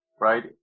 right